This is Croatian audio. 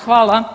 Hvala.